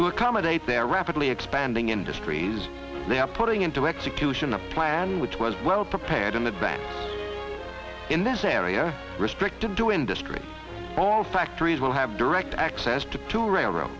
to accommodate their rapidly expanding industries they are putting into execution a plan which was well prepared in advance in this area restricted to industry all factories will have direct access to two railroad